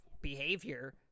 behavior